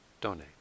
donate